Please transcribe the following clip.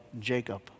Jacob